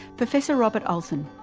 professor robert olsen,